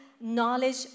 knowledge